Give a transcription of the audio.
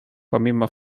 pomimo